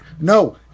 No